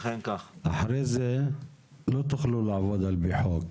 אחרי זה לא תוכלו לעבוד על פי חוק.